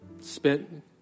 spent